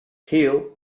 hill